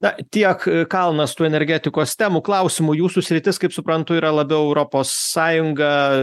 na tiek kalnas tų energetikos temų klausimų jūsų sritis kaip suprantu yra labiau europos sąjunga